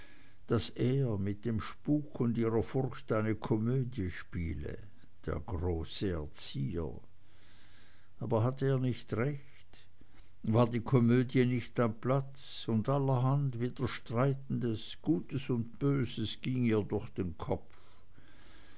daß er mit dem spuk und ihrer furcht eine komödie spiele der große erzieher aber hatte er nicht recht war die komödie nicht am platz und allerhand widerstreitendes gutes und böses ging ihr durch den kopf